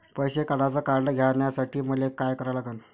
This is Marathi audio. पैसा काढ्याचं कार्ड घेण्यासाठी मले काय करा लागन?